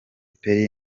perry